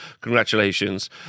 Congratulations